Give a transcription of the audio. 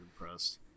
impressed